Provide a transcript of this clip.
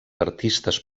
artistes